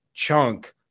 chunk